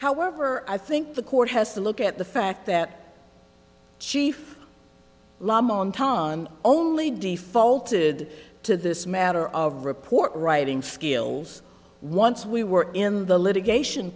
however i think the court has to look at the fact that chief lamang ton only d faulted to this matter of report writing skills once we were in the litigation